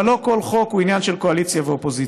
אבל לא כל חוק הוא עניין של קואליציה ואופוזיציה.